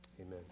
Amen